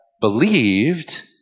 believed